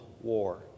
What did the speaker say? War